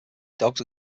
dogs